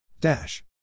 Dash